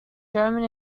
german